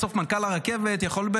בסוף מנכ"ל הרכבת יכול,